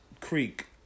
Creek